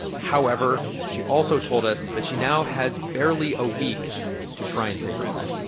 however, she also told us that she now has barely a week to try and save her car.